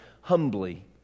humbly